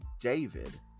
David